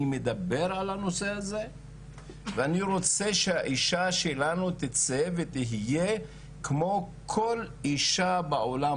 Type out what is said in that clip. אני מדבר על הנושא הזה ואני רוצה שהאישה שלנו תצא ותהיה כמו כל אישה בעולם